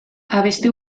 abesti